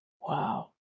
Wow